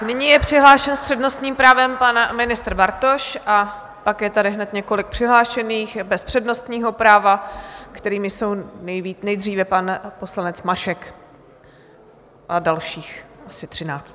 Nyní je přihlášen s přednostním právem pan ministr Bartoš a pak je tady hned několik přihlášených bez přednostního práva, kterými jsou nejdříve pan poslanec Mašek a dalších asi třináct.